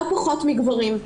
לא פחות מגברים.